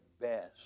best